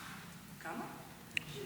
בבקשה.